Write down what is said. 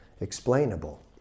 explainable